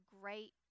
great